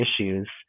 issues